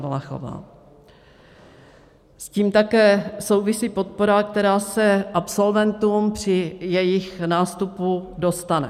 S tím také souvisí podpora, která se absolventům při jejich nástupu dostane.